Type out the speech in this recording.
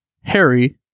Harry